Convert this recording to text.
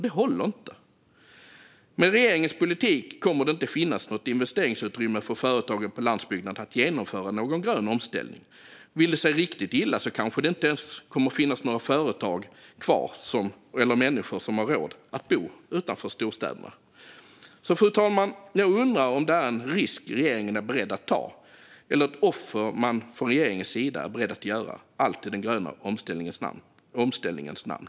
Det håller inte. Med regeringens politik kommer det inte att finnas något investeringsutrymme för företagen på landsbygden att genomföra någon grön omställning. Om det vill sig riktigt illa kanske det inte ens kommer att finnas några företag eller människor kvar som har råd att bo utanför städerna. Fru talman! Jag undrar om detta är en risk som regeringen är beredd att ta eller ett offer som regeringen är beredd att göra, allt i den gröna omställningens namn.